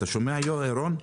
אתה שומע רון?